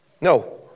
No